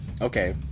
okay